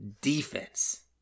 defense